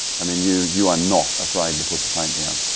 i mean, you you are not afraid to put the paint down.